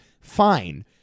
fine